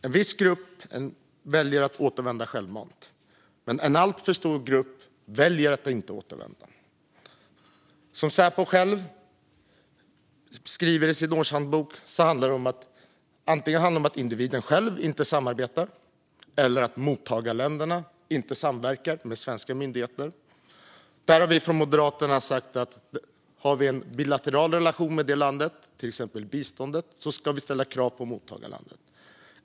En viss grupp väljer att återvända självmant, men en alltför stor grupp väljer att inte återvända. Som Säpo själv skriver i sin årsbok handlar det antingen om att individen själv inte samarbetar eller om att mottagarlandet inte samverkar med svenska myndigheter. Där har vi från Moderaterna sagt att vi om vi har en bilateral relation med mottagarlandet i fråga, till exempel bistånd, ska ställa krav på mottagarlandet.